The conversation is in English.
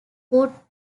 put